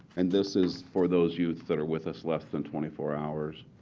and this is for those youth that are with us less than twenty four hours.